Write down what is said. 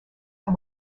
and